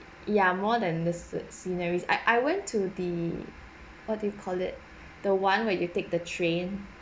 ya more than the sce~ sceneries I I went to the what do you call it the one where you take the train